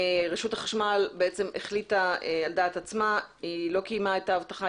רשות החשמל לא קיימה את ההבטחה,